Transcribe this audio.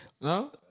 No